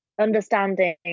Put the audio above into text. understanding